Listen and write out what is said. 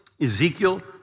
Ezekiel